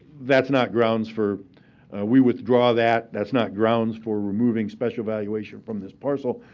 that's not grounds for we withdraw that. that's not grounds for removing special valuation from this parcel.